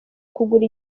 kugura